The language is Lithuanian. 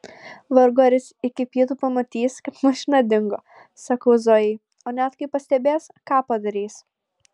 vargu ar jis iki pietų pamatys kad mašina dingo sakau zojai o net kai pastebės ką padarys